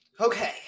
Okay